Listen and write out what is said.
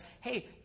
hey